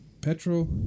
petrol